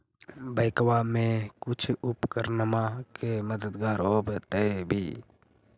बैंकबा से कुछ उपकरणमा के मददगार होब होतै भी?